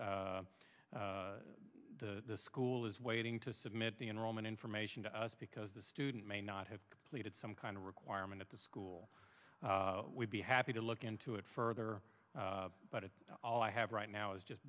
be that the school is waiting to submit the enrollment information to us because the student may not have completed some kind of requirement at the school we'd be happy to look into it further but it's all i have right now is just